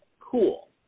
cool